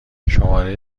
شماره